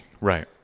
Right